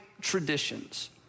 traditions